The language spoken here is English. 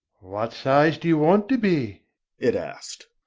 what size do you want to be it asked.